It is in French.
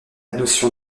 notion